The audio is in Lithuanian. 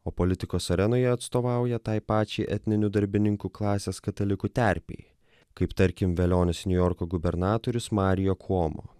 o politikos arenoje atstovauja tai pačiai etninių darbininkų klasės katalikų terpei kaip tarkim velionis niujorko gubernatorius mario kuomo